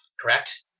Correct